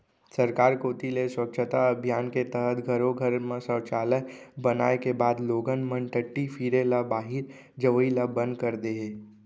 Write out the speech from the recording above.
सरकार कोती ले स्वच्छता अभियान के तहत घरो घर म सौचालय बनाए के बाद लोगन मन टट्टी फिरे ल बाहिर जवई ल बंद कर दे हें